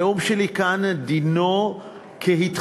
הדיון שלי כאן דינו כהתחייבות,